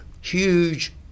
Huge